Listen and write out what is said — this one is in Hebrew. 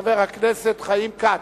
חבר הכנסת חיים כץ.